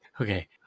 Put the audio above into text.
okay